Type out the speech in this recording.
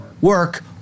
work